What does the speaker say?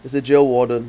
he's a jail warden